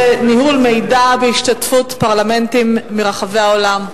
ניהול מידע בהשתתפות פרלמנטים מרחבי העולם.